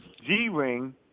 g-ring